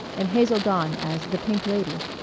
and hazel dawn as the pink lady.